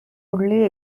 only